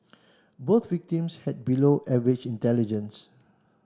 both victims had below average intelligence